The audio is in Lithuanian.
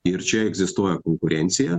ir čia egzistuoja konkurencija